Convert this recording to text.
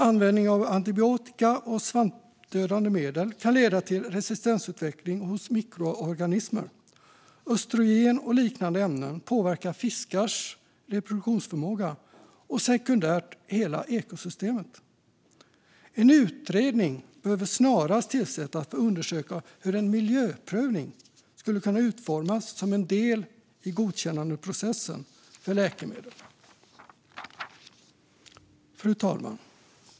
Användningen av antibiotika och svampdödande medel kan leda till resistensutveckling hos mikroorganismer. Östrogen och liknande ämnen påverkar fiskars reproduktionsförmåga och sekundärt hela ekosystemet. En utredning behöver snarast tillsättas för att undersöka hur en miljöprövning skulle kunna utformas som en del i godkännandeprocessen för läkemedel. Fru talman!